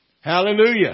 Hallelujah